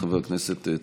בבקשה, חבר הכנסת טסלר.